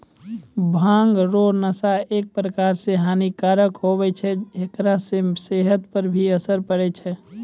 भांग रो नशा एक प्रकार से हानी कारक हुवै छै हेकरा से सेहत पर भी असर पड़ै छै